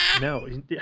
No